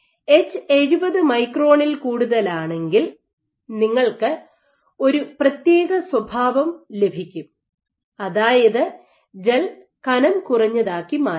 H 70 മൈക്രോണിൽ കൂടുതലാണെങ്കിൽ നിങ്ങൾക്ക് ഒരു പ്രത്യേക സ്വഭാവം ലഭിക്കും അതായത് ജെൽ കനംകുറഞ്ഞതാക്കി മാറ്റാം